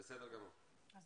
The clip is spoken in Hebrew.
אני